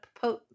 put